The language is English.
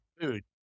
food